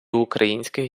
українських